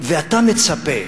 ואתה מצפה,